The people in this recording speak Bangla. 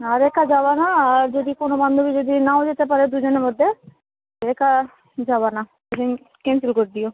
আর একা যাবে না আর যদি কোনো বান্ধবী যদি নাও যেতে পারে দুজনের মধ্যে একা যাবে না সেদিন ক্যানসেল করে দিও